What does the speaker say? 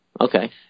Okay